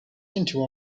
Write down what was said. into